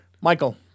Michael